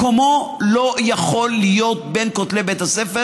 מקומו לא יכול להיות בין כותלי בית הספר